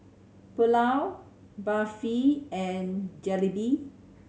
Pulao Barfi and Jalebi